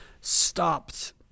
stopped